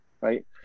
right